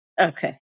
Okay